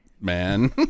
man